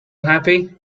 happy